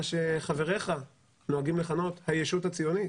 שחבריך נוהגים לכנות הישות הציונית,